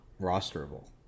rosterable